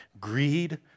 Greed